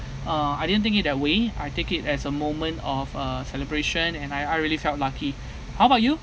uh I didn't think it that way I take it as a moment of uh celebration and I I really felt lucky how about you